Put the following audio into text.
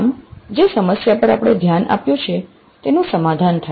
આમ જે સમસ્યા પર આપણે ધ્યાન આપ્યું છે તેનું સમાધાન થાય